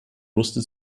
wusste